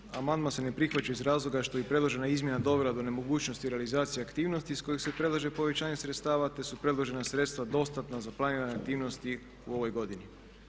Obrazloženje, amandman se ne prihvaća iz razloga što je i predložena izmjena dovela do nemogućnosti realizacije aktivnosti iz kojeg se predlaže povećanje sredstava te su predložena sredstva dostatna za planirane aktivnosti u ovoj godini.